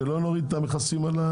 שלא נוריד את המכסים על הפירות?